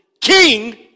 king